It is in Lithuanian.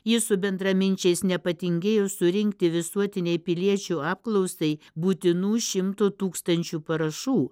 jis su bendraminčiais nepatingėjo surinkti visuotinei piliečių apklausai būtinų šimto tūkstančių parašų